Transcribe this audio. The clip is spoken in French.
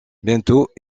bientôt